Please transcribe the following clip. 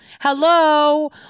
Hello